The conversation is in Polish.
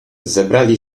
zebrali